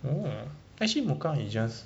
oh actually mocha is just